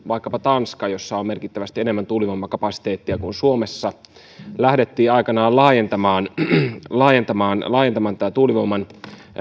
vaikkapa tanska jossa on merkittävästi enemmän tuulivoimakapasiteettia kuin suomessa lähdettiin aikanaan laajentamaan laajentamaan tätä tuulivoiman